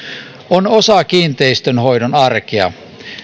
on osa kiinteistönhoidon arkea